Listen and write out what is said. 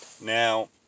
Now